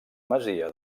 masia